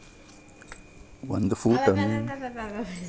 ಒಂದು ಫೂಟ್ ಅಂದ್ರ ಎಷ್ಟು ಸೆಂಟಿ ಮೇಟರ್?